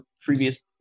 previous